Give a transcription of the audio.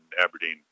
Aberdeen